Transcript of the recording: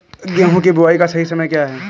गेहूँ की बुआई का सही समय क्या है?